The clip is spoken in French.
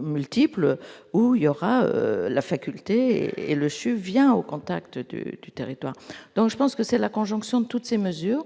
multiples où il y aura la faculté et le CHUV vient au contact de du territoire, donc je pense que c'est la conjonction de toutes ces mesures